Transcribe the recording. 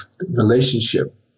relationship